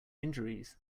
injuries